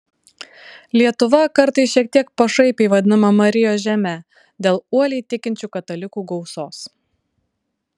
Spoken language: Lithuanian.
lietuva kartais šiek tiek pašaipiai vadinama marijos žeme dėl uoliai tikinčių katalikų gausos